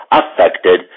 affected